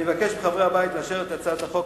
אני מבקש מחברי הבית לאשר את הצעת החוק,